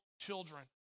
children